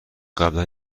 قبلا